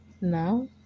now